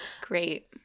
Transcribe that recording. Great